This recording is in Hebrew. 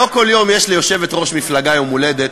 לא כל יום יש ליושבת-ראש מפלגה יום הולדת.